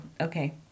Okay